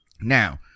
Now